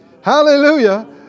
Hallelujah